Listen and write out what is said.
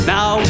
Now